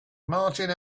martin